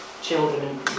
children